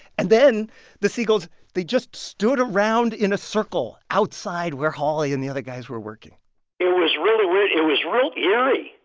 and then the seagulls they just stood around in a circle outside where hawley and the other guys were working it was really weird. it was really eerie,